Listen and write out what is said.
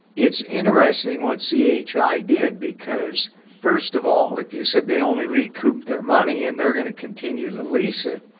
it's interesting what chi did. because first of all, if you said they only recouped their money and they're going to continue to lease it,